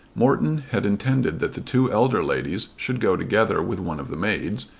morton had intended that the two elder ladies should go together with one of the maids,